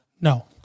no